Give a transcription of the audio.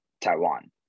taiwan